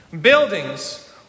buildings